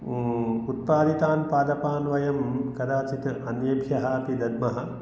उत्पादितान् पादपान् वयं कदाचित् अन्येभ्यः अपि दद्मः